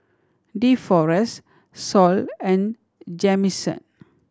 Deforest Sol and Jamison